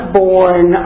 born